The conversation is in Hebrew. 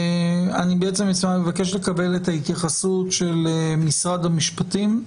אני מבקש לקבל את ההתייחסות של משרד המשפטים,